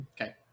Okay